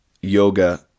yoga